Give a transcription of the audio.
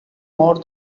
more